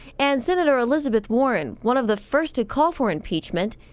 and senator elizabeth warren, one of the first to call for impeachment,